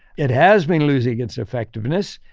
it has been losing its effectiveness,